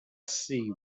see